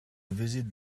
visit